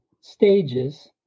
stages